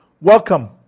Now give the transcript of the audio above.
Welcome